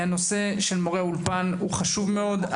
נושא מורי האולפן חשוב מאוד.